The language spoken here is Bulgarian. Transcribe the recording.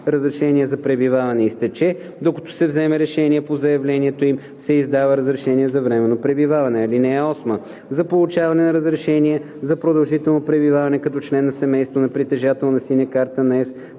разрешение за пребиваване изтече, докато се вземе решение по заявлението им се издава разрешение за временно пребиваване. (8) За получаване на разрешение за продължително пребиваване като член на семейството на притежател на „Синя карта на ЕС“